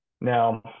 Now